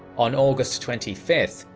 on august twenty fifth,